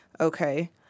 Okay